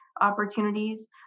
opportunities